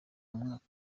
umwaka